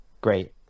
great